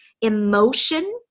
Emotion